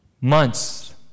months